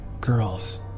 girls